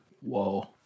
Whoa